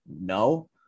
No